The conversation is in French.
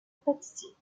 pâtissier